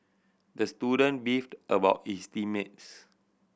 the student beefed about his team mates